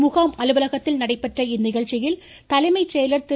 முகாம் அலுவலகத்தில் நடைபெற்ற இந்நிகழ்ச்சியில் தலைமை செயலர் திரு